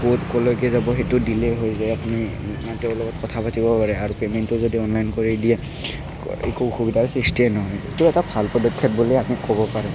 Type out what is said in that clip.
ক'ত ক'লৈকে যাব সেইটো দিলেই হৈ যায় আপুনি তেওঁৰ লগত কথা পাতিবও পাৰে আৰু পে'মেণ্টটো যদি অনলাইন কৰি দিয়ে একো অসুবিধাৰ সৃষ্টিয়েই নহয় এইটো এটা ভাল পদক্ষেপ বুলি আমি ক'ব পাৰোঁ